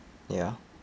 ya